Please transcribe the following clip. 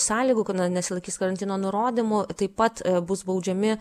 sąlygų nesilaikys karantino nurodymų taip pat bus baudžiami